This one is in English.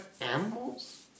animals